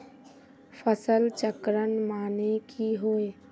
फसल चक्रण माने की होय?